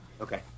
Okay